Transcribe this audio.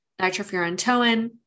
nitrofurantoin